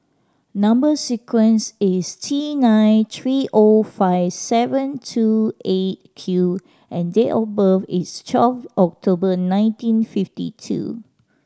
number sequence is T nine three O five seven two Eight Q and date of birth is twelve October nineteen fifty two